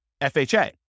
FHA